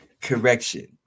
Correction